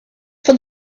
for